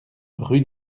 rue